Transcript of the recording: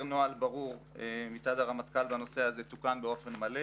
נוהל ברור מצד הרמטכ"ל בנושא הזה תוקן באופן מלא.